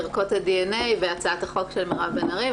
ערכות הדי.אן.איי והצעת החוק של מירב בן ארי.